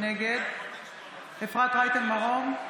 נגד אפרת רייטן מרום,